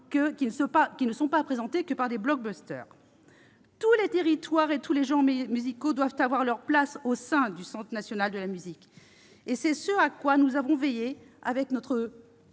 qui ne présentent pas seulement des. Tous les territoires et tous les genres musicaux doivent avoir leur place au sein du Centre national de la musique, et c'est ce à quoi nous avons veillé avec notre